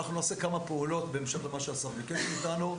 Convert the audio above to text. אנחנו נעשה כמה פעולות בהמשך למה שהשר ביקש מאיתנו: